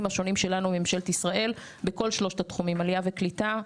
השונים שלנו עם ממשלת ישראל בכל שלושת התחומים: עלייה וקליטה,